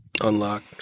unlock